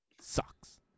Sucks